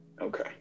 Okay